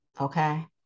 okay